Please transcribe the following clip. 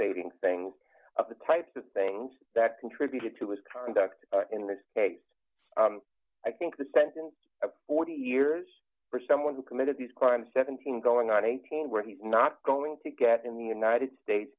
fixating things the types of things that contributed to his conduct in this case i think the sentence of forty years for someone who committed these crimes seventeen going on eighteen where he's not going to get in the united states